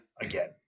again